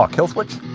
killswitch?